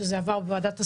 זה עבר בוועדת השרים.